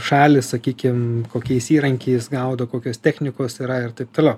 šalys sakykim kokiais įrankiais gaudo kokios technikos yra ir taip toliau